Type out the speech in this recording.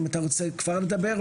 אם אתה רוצה כבר לדבר,